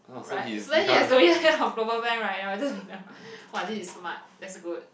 right so then he has to be head of global bank right I'll be just !woah! this is smart that's good